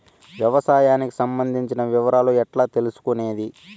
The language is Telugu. వ్యవసాయానికి సంబంధించిన వివరాలు ఎట్లా తెలుసుకొనేది?